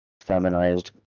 feminized